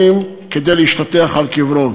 להשתטח על קברו.